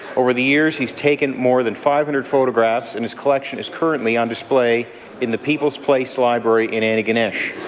over the years, he has taken more than five hundred photographs and his collection is currently on display in the people's place library in antigonish.